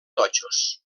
totxos